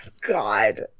God